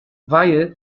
weil